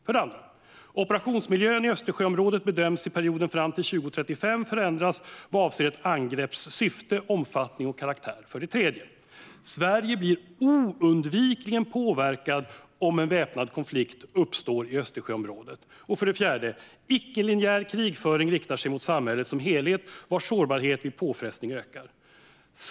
För det andra: Operationsmiljön i Östersjöområdet bedöms i perioden fram till 2035 förändras vad avser ett angrepps syfte, omfattning och karaktär. För det tredje: Sverige blir oundvikligen påverkat om en väpnad konflikt uppstår i Östersjöområdet. För det fjärde: Icke-linjär krigföring riktar sig mot samhället som helhet, vars sårbarhet vid påfrestningar ökar.